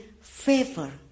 favor